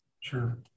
Sure